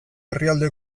herrialde